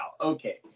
okay